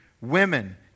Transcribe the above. women